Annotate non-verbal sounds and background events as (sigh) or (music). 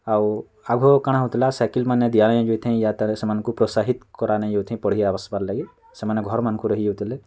ଆଉ ଆଘୁ କାଣା ହେଉଥିଲା ସାଇକେଲ୍ମାନେ ଦିଆ ନାଇଁ ଯାଉଥାଇ (unintelligible) ସେମାନଙ୍କୁ ପ୍ରୋତ୍ସାହିତ କରା ନାଇଁ ଯାଉଥାଇ ପଢ଼ି ଆସ୍ବାର୍ ଲାଗି ସେମାନେ ଘର୍ମାନ୍ଙ୍କୁ ରହି ଯାଉଥିଲେ